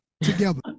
together